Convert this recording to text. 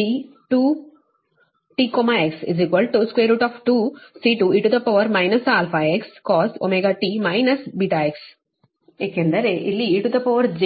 V2 t x 2 C2 e αx cos ωt βx ಏಕೆಂದರೆ ಇಲ್ಲಿ ejωt βx